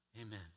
amen